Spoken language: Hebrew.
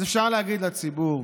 אז אפשר להגיד לציבור: